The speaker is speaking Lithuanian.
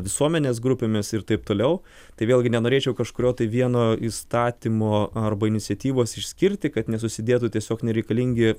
visuomenės grupėmis ir taip toliau tai vėlgi nenorėčiau kažkurio tai vieno įstatymo arba iniciatyvos išskirti kad nesusidėtų tiesiog nereikalingi